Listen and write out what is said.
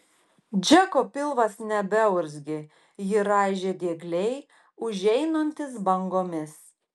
džeko pilvas nebeurzgė jį raižė diegliai užeinantys bangomis